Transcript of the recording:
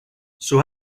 sus